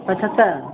पचहत्तर